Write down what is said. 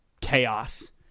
chaos